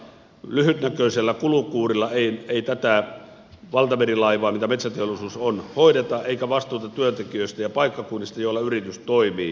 lyhytnäköisellä kulukuurilla ei tätä valtamerilaivaa mikä metsäteol lisuus on hoideta eikä vastuuta työntekijöistä ja paikkakunnista joilla yritys toimii